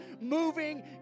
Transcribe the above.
moving